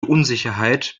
unsicherheit